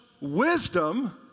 wisdom